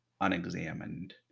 unexamined